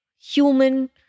human